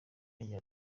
yongeye